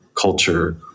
culture